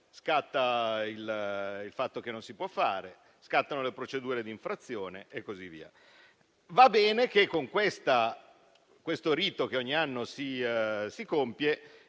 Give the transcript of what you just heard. il fatto che non si possa procedere, le procedure di infrazione e così via. Va bene che, con questo rito che ogni anno si compie,